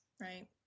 right